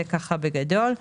זה בגדול.